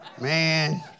man